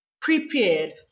prepared